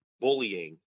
bullying